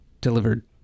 delivered